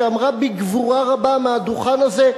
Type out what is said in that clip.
שאמרה בגבורה רבה מהדוכן הזה,